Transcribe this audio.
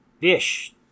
Fish